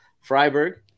Freiburg